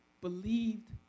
believed